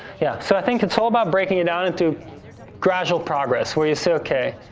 yeah, so i think it's all about breaking it down into gradual progress where you say okay,